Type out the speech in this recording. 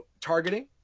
targeting